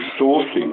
sourcing